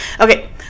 Okay